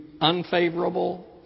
unfavorable